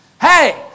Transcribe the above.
Hey